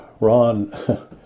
Ron